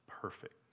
perfect